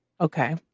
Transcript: Okay